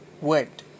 wet